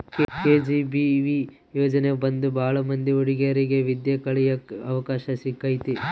KGBV ಯೋಜನೆ ಬಂದು ಭಾಳ ಮಂದಿ ಹುಡಿಗೇರಿಗೆ ವಿದ್ಯಾ ಕಳಿಯಕ್ ಅವಕಾಶ ಸಿಕ್ಕೈತಿ